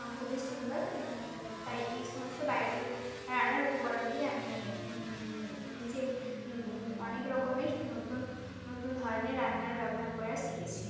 আমা খুবই সুন্দর তাই এই সমস্ত বাইরের রান্নার উপকরণ দিয়ে আমি নিজের অনেক রকমের নতুন নতুন ধরনের রান্নার ব্যবহার করা শিখেছি